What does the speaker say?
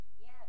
Yes